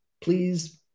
please